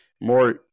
more